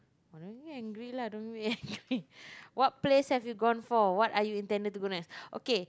oh don't be angry lah don't be angry what place have you gone for what are you intending to go next okay